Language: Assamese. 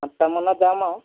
সাতটা মানত যাম আৰু